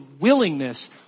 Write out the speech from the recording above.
willingness